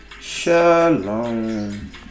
Shalom